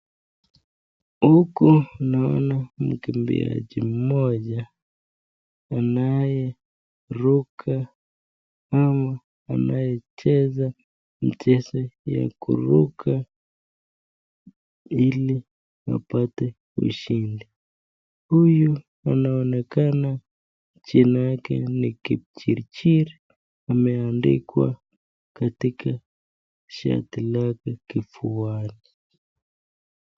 Huku naona mkimbiaji mmoja anayeruka ama anayecheza mchezo ya kuruka ili apate kushinda, huyu anaonekana jina yake ni Kipichirchir ameandikwa katika shati lake kifuani.